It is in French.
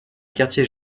quartiers